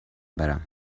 برم